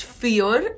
fear